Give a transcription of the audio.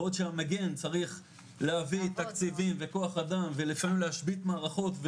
בעוד שהמגן צריך להביא תקציבים וכוח אדם ולפעמים להשבית מערכות.